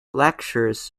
lectures